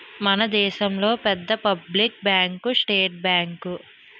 మన దేశంలో పెద్ద పబ్లిక్ బ్యాంకు స్టేట్ బ్యాంకు